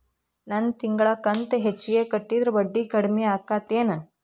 ನನ್ ತಿಂಗಳ ಕಂತ ಹೆಚ್ಚಿಗೆ ಕಟ್ಟಿದ್ರ ಬಡ್ಡಿ ಕಡಿಮಿ ಆಕ್ಕೆತೇನು?